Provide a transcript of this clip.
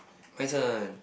my turn